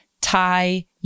Thai